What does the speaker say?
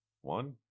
one